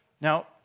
Now